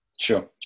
Sure